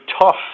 tough